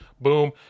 boom